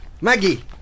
Maggie